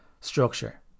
structure